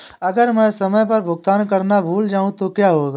अगर मैं समय पर भुगतान करना भूल जाऊं तो क्या होगा?